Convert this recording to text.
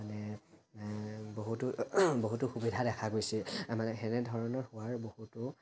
মানে বহুতো বহুতো সুবিধা দেখা গৈছে মানে সেনেধৰণৰ হোৱাৰ বহুতো